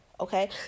Okay